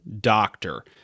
doctor